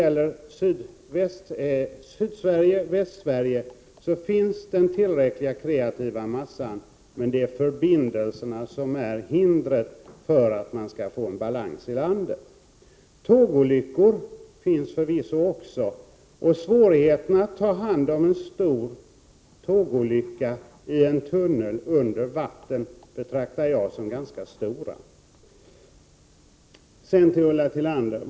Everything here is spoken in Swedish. Men i Sydsverige och Västsverige finns det tillräckligt med kreativ massa, men förbindelserna är ett hinder för att få balans i landet. Tågolyckor finns förvisso också. Och svårigheterna att ta hand om en stor tågolycka i en tunnel under vatten betraktar jag som ganska stora. Till Ulla Tillander vill jag säga följande.